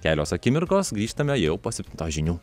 kelios akimirkos grįžtame jau po septintos žinių